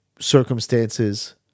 circumstances